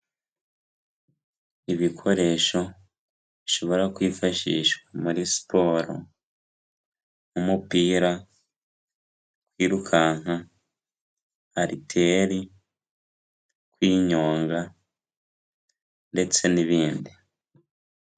Ibikoresho bishobora kwifashishwa muri siporo, nk'umupira, kwirukanka, ariteri, kwinyonga ndetse n'ibindi.